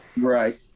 right